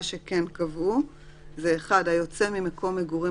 מה שכן קבעו זה: (1)היוצא ממקום מגורים